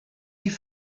die